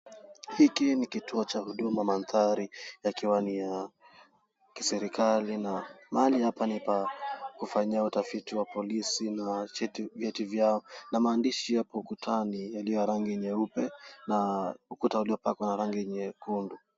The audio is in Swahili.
Hiki ni kituo cha HUDUMA, mandhari yakiwa ni ya kiserikali na mahal;i hapa ni pa kufanyia utafiti wa polisi na vyeti vyao na maandishi yapo ukutani yaliyo ya rangi nyeupe na ukuta uliopakwa na rangi nyekundu.